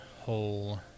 whole